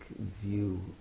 view